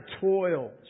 toil